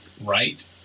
right